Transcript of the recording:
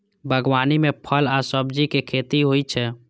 बागवानी मे फल आ सब्जीक खेती होइ छै